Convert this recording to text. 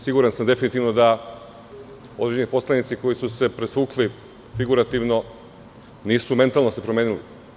Siguran sam definitivno da određeni poslanici, koji su se presvukli figurativno, nisu se mentalno promenili.